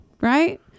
right